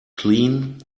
clean